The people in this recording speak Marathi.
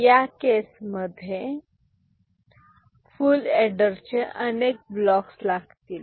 या केस मध्ये फुल एडर चे अनेक ब्लॉक्स लागतील